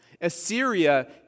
Assyria